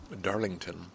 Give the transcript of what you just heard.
Darlington